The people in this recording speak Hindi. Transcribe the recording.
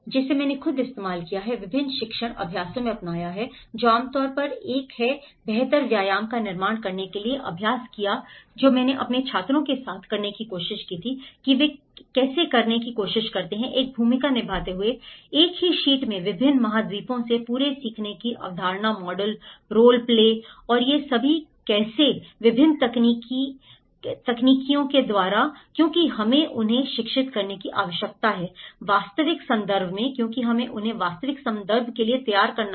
जिसे मैंने खुद इस्तेमाल किया है विभिन्न शिक्षण अभ्यासों में अपनाया है जो आमतौर पर एक है बेहतर व्यायाम का निर्माण करने के लिए अभ्यास किया जो मैंने अपने छात्रों के साथ करने की कोशिश की थी कि वे कैसे करने की कोशिश करते हैं एक भूमिका निभाते हुए एक ही शीट में विभिन्न महाद्वीपों से पूरे सीखने की अवधारणा मॉडल रोल प्ले और ये सभी कैसे की विभिन्न तकनीकों क्योंकि हमें उन्हें शिक्षित करने की आवश्यकता है वास्तविक संदर्भ में क्योंकि हमें उन्हें वास्तविक संदर्भ के लिए तैयार करना है